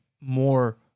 more